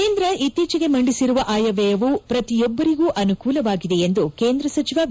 ಕೇಂದ್ರ ಇತ್ತೀಚಿಗೆ ಮಂಡಿಸಿರುವ ಆಯವ್ಯಯವು ಪ್ರತಿಯೊಬ್ಬರಿಗೂ ಅನುಕೂಲವಾಗಿದೆ ಎಂದು ಕೇಂದ್ರ ಸಚಿವ ವಿ